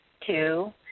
two